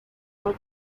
for